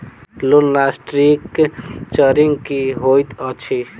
Loan restructuring की होइत अछि?